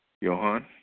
Johan